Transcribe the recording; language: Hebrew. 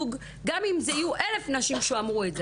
גם אם זה יהיו 1,000 נשים שאמרו את זה,